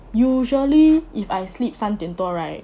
usually if I sleep 三点多 right